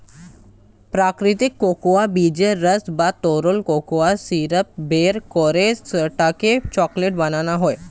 প্রাকৃতিক কোকো বীজের রস বা তরল কোকো সিরাপ বের করে সেটাকে চকলেট বানানো হয়